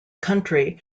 country